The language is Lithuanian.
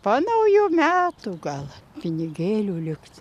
po naujų metų gal pinigėlių liks